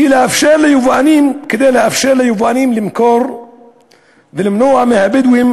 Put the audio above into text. כדי לאפשר ליבואנים למכור ולמנוע מהבדואים,